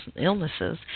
illnesses